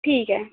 ठीक ऐ